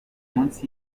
munsi